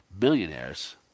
millionaires